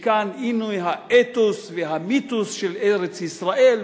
שהנה כאן האתוס והמיתוס של ארץ-ישראל,